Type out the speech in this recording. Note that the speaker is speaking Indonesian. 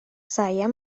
saya